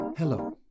Hello